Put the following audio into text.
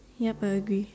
ya but agree